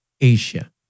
Asia